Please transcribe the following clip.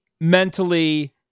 mentally